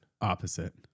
opposite